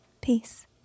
Peace